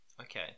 Okay